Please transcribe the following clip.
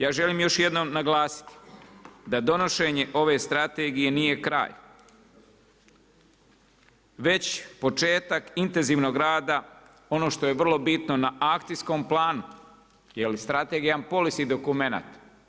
Ja želim još jednom naglasiti da donošenje ove strategije nije kraj već početak intenzivnog rada ono što je vrlo bitno na akcijskom planu, jer strategija je jedan policy dokumenat.